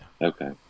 Okay